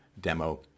demo